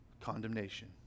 condemnation